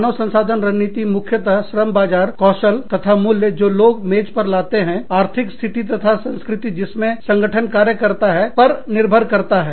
मानव संसाधन रणनीति मुख्यतः श्रम बाजार कौशल तथा मूल्य जो लोग सामने पर लाते हैं संगठन जिस आर्थिक स्थिति तथा संस्कृति में कार्य करता है पर निर्भर करता है